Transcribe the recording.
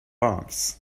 arms